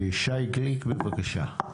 שי גליק, בבקשה.